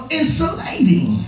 insulating